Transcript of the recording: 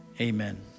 amen